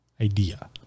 idea